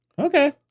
Okay